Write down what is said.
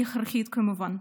היא הכרחית, כמובן.